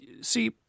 see